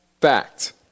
fact